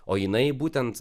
o jinai būtent